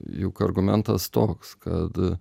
juk argumentas toks kad